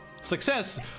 success